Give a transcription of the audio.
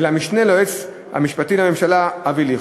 ולמשנה ליועץ המשפטי לממשלה אבי ליכט.